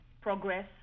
progress